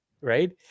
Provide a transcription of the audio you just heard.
Right